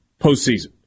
postseason